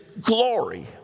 glory